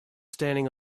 standing